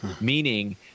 meaning